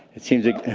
it seems like